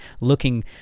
looking